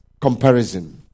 comparison